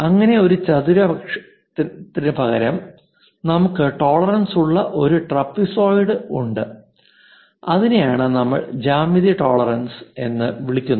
അങ്ങനെ ഒരു ചതുരത്തിനുപകരം നമുക്ക് ടോളറൻസുള്ള ഒരു ട്രപസോയിഡ് ഉണ്ട് അതിനെയാണ് നമ്മൾ ജ്യാമിതീയ ടോളറൻസ് എന്ന് വിളിക്കുന്നത്